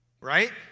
right